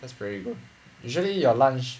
that's very good usually your lunch